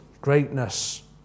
greatness